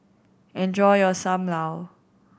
enjoy your Sam Lau